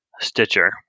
stitcher